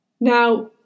Now